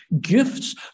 gifts